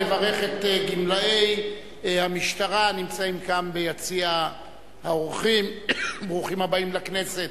אברך את גמלאי המשטרה הנמצאים כאן ביציע האורחים: ברוכים הבאים לכנסת.